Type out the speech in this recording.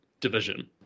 Division